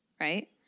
right